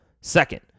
Second